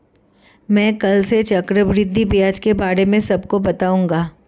मैं कल से चक्रवृद्धि ब्याज के बारे में सबको बताऊंगा